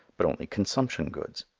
but only consumption goods.